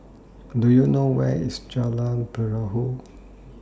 Do YOU know Where IS Jalan Perahu